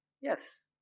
yes